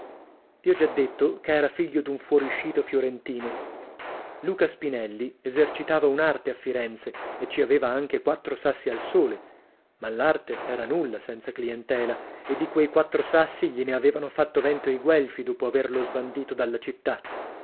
vi ho già detto che era figlio d'un fuoruscito fiorentino luca spinelli esercitava un'arte a firenze e ci aveva anche quattro sassi al sole ma l'arte era nulla senza clientela e di quei quattro sassi gliene avevano fatto vento i guelfi dopo averlo sbandito dalla città